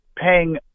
paying